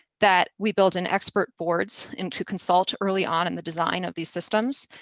that we build in expert boards in to consult early on in the design of these systems,